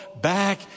back